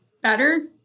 better